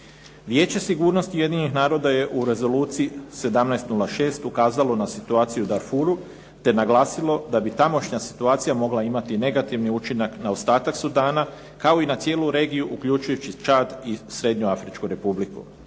Vijeće sigurnosti Ujedinjenih naroda je u Rezoluciji 1706 ukazalo na situaciju u Darfuru te naglasilo da bi tamošnja situacija mogla imati negativni učinak na ostatak Sudana kao i na cijelu regiju uključujući Čad i Srednjoafričku Republiku.